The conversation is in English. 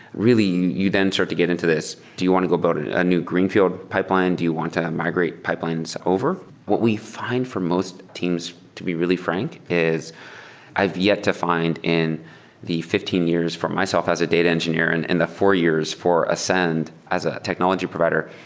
really, you then start to get into this. do you want to go about and a new greenfield pipeline? do you want to migrate pipelines over? what we find for most teams to be really frank is i've yet to find in the fifteen years for myself as a data engineer and and the four years for ascend as a technology provider,